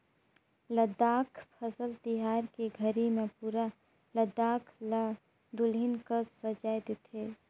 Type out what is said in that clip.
लद्दाख फसल तिहार के घरी मे पुरा लद्दाख ल दुलहिन कस सजाए देथे